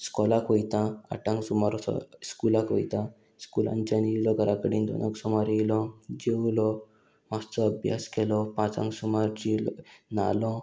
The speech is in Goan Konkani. स्कॉलाक वयता आठांक सुमार स्कुलाक वयता स्कुलांच्यान येयलो घराकडेन दोनाक सुमार येयलो जेवलो मातसो अभ्यास केलो पांचांक सुमार जेयलो न्हालो